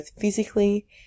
physically